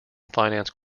finance